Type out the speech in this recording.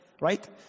right